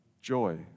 joy